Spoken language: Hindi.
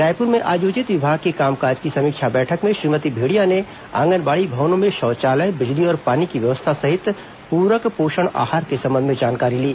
रायपुर में आयोजित विभाग के कामकाज की समीक्षा बैठक में श्रीमर्ती भेंड़िया ने आंगनबाड़ी भवनों में शौचालय बिजली और पानी की व्यवस्था सहित प्रक पोषण आहार के संबंध में जानकारी ली